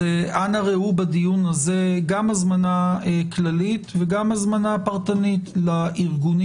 אנא ראו בדיון הזה הזמנה כללית וגם הזמנה פרטנית לכל הארגונים